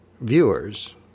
viewers